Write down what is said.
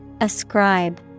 Ascribe